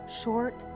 short